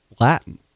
Latin